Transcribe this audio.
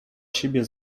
siebie